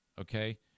Okay